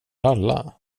alla